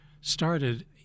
started